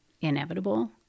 inevitable